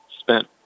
spent